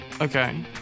Okay